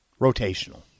Rotational